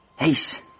Ace